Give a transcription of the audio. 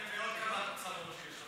זה הפתרון לעוד כמה צרות שיש לנו.